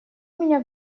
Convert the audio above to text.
меня